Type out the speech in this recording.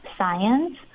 Science